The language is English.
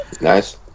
Nice